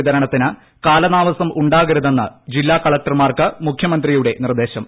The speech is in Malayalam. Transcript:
വിതരണത്തിന് കാലതാമസ്ക് ഉണ്ടാകരുതെന്ന് ജില്ലാകളക്ടർമാർക്ക് മുഖ്യമ്പ്രിയുടെ നിർദ്ദേശം